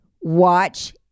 watch